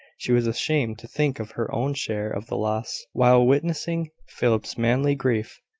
she was ashamed to think of her own share of the loss while witnessing philip's manly grief,